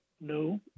No